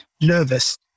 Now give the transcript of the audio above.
nervous